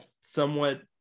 somewhat